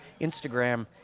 Instagram